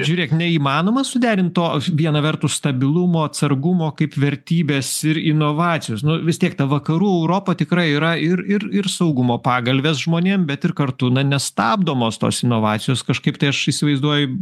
žiūrėk neįmanoma suderint to viena vertus stabilumo atsargumo kaip vertybės ir inovacijos nu vis tiek ta vakarų europa tikrai yra ir ir ir saugumo pagalves žmonėm bet ir kartu na nestabdomos tos inovacijos kažkaip tai aš įsivaizduoju